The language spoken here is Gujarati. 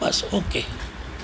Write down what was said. બસ ઓકે